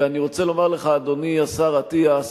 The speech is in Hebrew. ואני רוצה לומר לך, אדוני השר אטיאס,